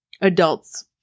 adults